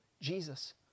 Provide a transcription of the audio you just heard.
Jesus